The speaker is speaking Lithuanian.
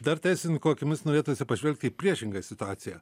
dar teisininkų akimis norėtųsi pažvelgti į priešingą situaciją